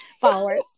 followers